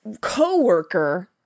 co-worker